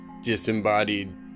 disembodied